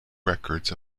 records